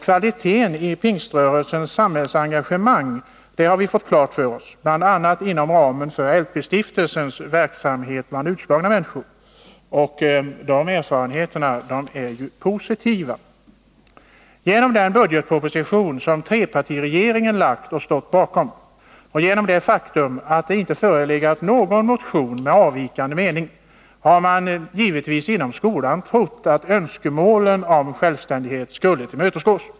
Kvaliteten i Pingströrelsens samhällsengagemang har vi fått klar för oss bl.a. inom ramen för LP-stiftelsens verksamhet bland utslagna människor, där erfarenheterna är positiva. På grund av den budgetproposition som trepartiregeringen lagt fram och stått bakom och det faktum att det inte förelegat någon motion med avvikande mening har man givetvis inom skolan trott att önskemålen om självständighet skulle tillmötesgås.